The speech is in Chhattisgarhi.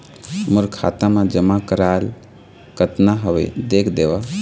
मोर खाता मा जमा कराल कतना हवे देख देव?